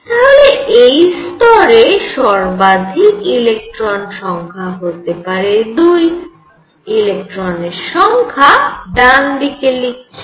তাহলে এই স্তরে সর্বাধিক ইলেকট্রনের সংখ্যা হতে পারে 2 ইলেকট্রনের সংখ্যা ডান দিকে লিখছি